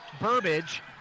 Burbage